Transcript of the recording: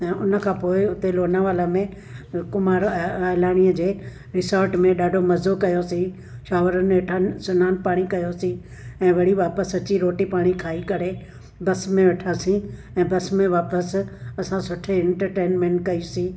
ऐं उन खां पोइ हुते लोनावला में कुमार हलाणीअ जे रिसॉर्ट में ॾाढो मज़ो कयोसीं शॉवरनि हेठनि सनानु पाणी कयोसीं ऐं वरी वापसि अची रोटी पाणी खाई करे बस में वेठासीं ऐं बस में वापसि असां सुठे ऐंटरटेनमेंट कईसीं